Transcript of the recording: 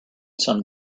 some